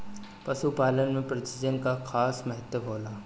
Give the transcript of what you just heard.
पशुपालन में प्रजनन कअ खास महत्व होला